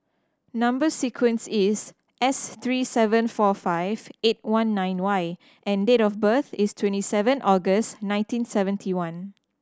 number sequence is S three seven four five eight one nine Y and date of birth is twenty seven August nineteen seventy one